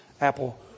Apple